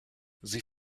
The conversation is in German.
sie